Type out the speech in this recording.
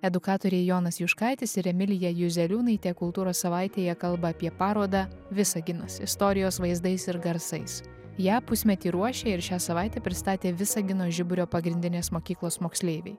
edukatoriai jonas juškaitis ir emilija juzeliūnaitė kultūros savaitėje kalba apie parodą visaginas istorijos vaizdais ir garsais ją pusmetį ruošė ir šią savaitę pristatė visagino žiburio pagrindinės mokyklos moksleiviai